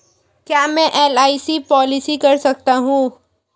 क्या मैं LIC policy कर सकता हूं?